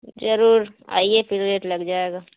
ضرور آئیے پھر ریٹ لگ جائے گا